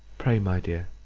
pray, my dear,